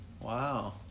Wow